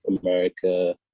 America